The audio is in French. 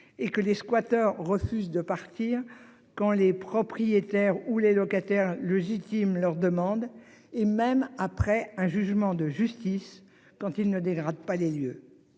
et que les squatteurs refuse de partir quand les propriétaires ou les locataires légitimes leur demande et même après un jugement de justice quand il ne dégrade pas les lieux.